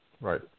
right